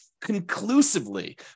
conclusively